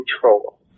control